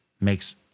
makes